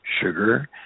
sugar